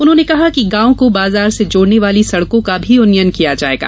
उन्होंने कहा कि गांव को बाजार से जोडने वाली सडकों का भी उन्नयन किया जाएगा